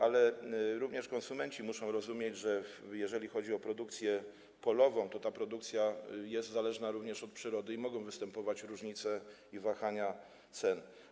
Ale również konsumenci muszą rozumieć, że jeżeli chodzi o produkcję polową, to ta produkcja jest zależna również od przyrody i mogą występować różnice i wahania cen.